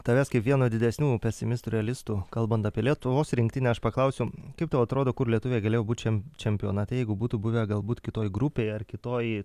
tavęs kaip vieno didesniųjų pesimistų realistų kalbant apie lietuvos rinktinę aš paklausiu kaip tau atrodo kur lietuviai galėjo būti šiam čempionate jeigu būtų buvę galbūt kitoj grupėj ar kitoj